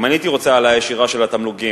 גם אני הייתי רוצה העלאה ישירה של התמלוגים,